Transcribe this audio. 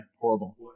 horrible